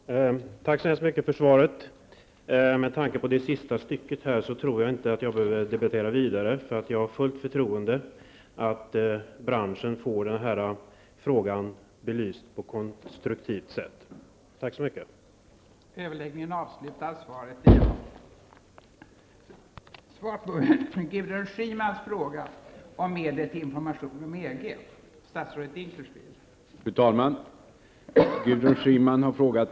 Fru talman! Tack så mycket för svaret. Med tanke på det sista stycket i svaret tror jag inte att jag behöver debattera vidare. Jag har fullt förtroende för att branschen får frågan belyst på konstruktivt sätt.